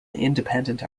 independent